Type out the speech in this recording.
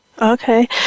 Okay